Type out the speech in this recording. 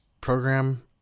program